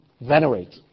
Venerate